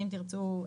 ואם תרצו,